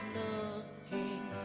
looking